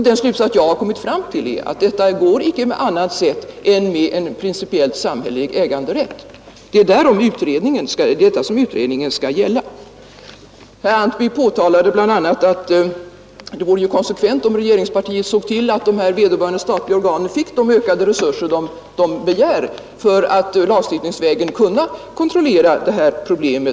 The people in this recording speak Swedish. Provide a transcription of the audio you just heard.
Den slutsats jag har kommit fram till är att det inte är möjligt att genomföra detta på annat sätt än genom en principiellt samhällelig äganderätt. Det är detta som utredningen skall pröva. Herr Antby sade bl.a. att det vore konsekvent om regeringspartiet såg till att vederbörliga statliga organ fick de resurser som de begär för att lagstiftningsvägen kunna kontrollera detta problem.